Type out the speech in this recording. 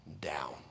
down